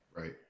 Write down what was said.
Right